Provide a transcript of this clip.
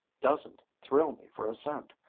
doesn't thrill me for a cent.